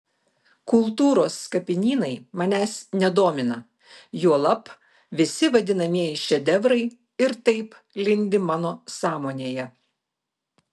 kultūros kapinynai manęs nedomina juolab visi vadinamieji šedevrai ir taip lindi mano sąmonėje